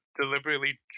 deliberately